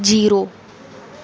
zero